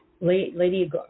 Lady